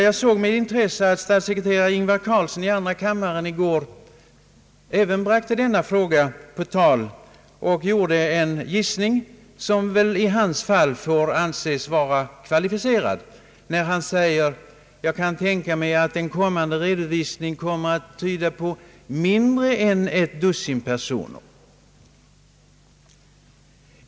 Jag såg med intresse att statssekreterare Ingvar Carlsson i andra kammaren i går även bragte denna fråga på tal och gjorde en gissning som väl i hans fall får anses vara kvalificerad. Han sade: Jag kan tänka mig att antalet kommer att understiga ett dussin personer.